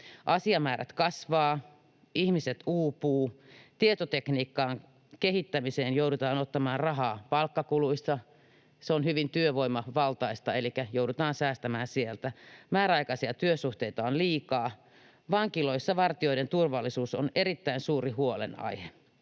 asiamäärät kasvavat, ihmiset uupuvat, tietotekniikan kehittämiseen joudutaan ottamaan rahaa palkkakuluista — se on hyvin työvoimavaltaista, elikkä joudutaan säästämään sieltä — määräaikaisia työsuhteita on liikaa, vankiloissa vartijoiden turvallisuus on erittäin suuri huolenaihe